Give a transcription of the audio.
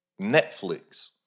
Netflix